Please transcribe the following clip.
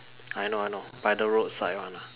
I know I know by the road side [one] ah